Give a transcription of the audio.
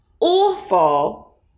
awful